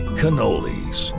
cannolis